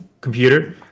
computer